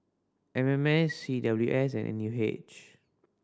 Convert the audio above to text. M M S C W S and N U H